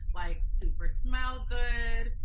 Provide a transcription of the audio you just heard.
like super smell good,